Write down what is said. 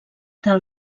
del